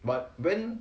but when